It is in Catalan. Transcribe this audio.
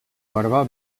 barba